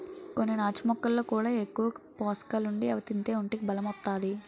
కొన్ని నాచు మొక్కల్లో కూడా ఎక్కువ పోసకాలుండి అవి తింతే ఒంటికి బలం ఒత్తాది